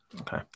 Okay